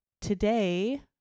Today